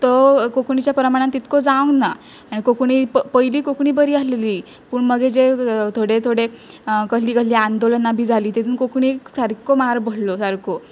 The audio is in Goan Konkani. तो कोंकणीच्या प्रमाणान तितको जावंक ना आनी कोंकणी प पयलीं कोंकणी बरी आहलेली पूण मगे जे थोडें थोडें कहलीं कहलीं आंदोलना बी जालीं तितून कोंकणी सारको मार बसलो सारको